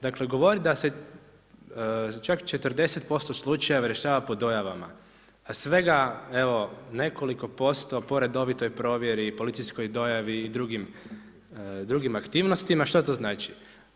Dakle, govorit da se čak 40% slučaja rješava po dojava a svega evo nekoliko posto po redovitoj provjeri, policijskoj dojavi i drugim aktivnostima, šta to znači?